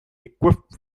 equipped